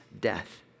death